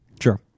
Sure